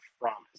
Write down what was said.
promise